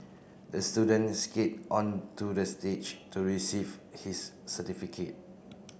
the student skate onto the stage to receive his certificate